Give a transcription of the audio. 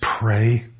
pray